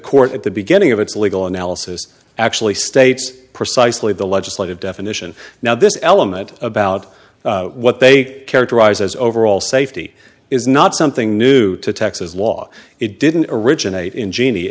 court at the beginning of its legal analysis actually states precisely the legislative definition now this element about what they characterize as overall safety is not something new to texas law it didn't originate in geni